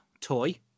toy